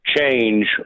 change